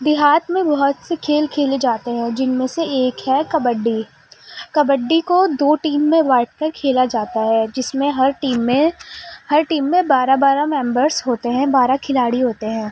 دیہات میں بہت سے کھیل کھیلے جاتے ہیں جن میں سے ایک ہے کبڈی کبڈی کو دو ٹیم میں بانٹ کر کھیلا جاتا ہے جس میں ہر ٹیم میں ہر ٹیم میں بارہ بارہ ممبرس ہوتے ہیں بارہ کھلاڑی ہوتے ہیں